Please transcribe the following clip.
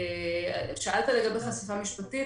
שאלת לגבי חשיפה משפטית,